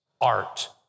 art